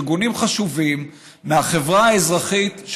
ארגונים חשובים מהחברה האזרחית,